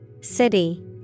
City